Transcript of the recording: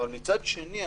אבל מצד שני,